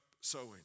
sowing